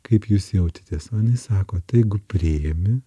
kaip jūs jaučiatės o jinai sako tai jeigu priėmi